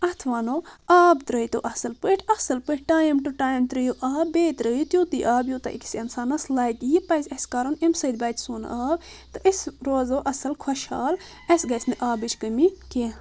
اتھ ونو آب ترٛٲے تو اصل پٲٹھۍ اصل پٲٹھۍ ٹایِم ٹو ٹایِم ترٛٲیِو آب بیٚیہِ ترٛٲیِو تیُتُے آب یوٗتاہ أکِس انسانس لگہِ یہِ پزِ اسہِ کرُن امہِ سۭتۍ بچہِ سون آب تہٕ أسۍ روزو اصل تہٕ خۄشحال اسہِ گژھِ نہٕ آبٕچ کٔمی کینٛہہ